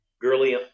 Gurley